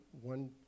one